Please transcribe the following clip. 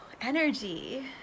energy